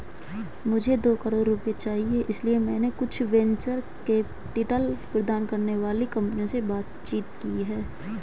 मुझे दो करोड़ रुपए चाहिए इसलिए मैंने कुछ वेंचर कैपिटल प्रदान करने वाली कंपनियों से बातचीत की है